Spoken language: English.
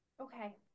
Okay